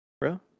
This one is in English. bro